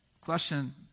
Question